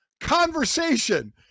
conversation